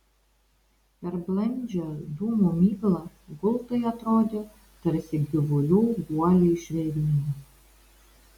per blandžią dūmų miglą gultai atrodė tarsi gyvulių guoliai žvėryne